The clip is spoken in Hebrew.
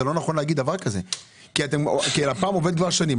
לא נכון להגיד דבר כזה כי לפ"מ עובד כבר שנים.